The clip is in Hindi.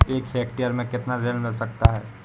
एक हेक्टेयर में कितना ऋण मिल सकता है?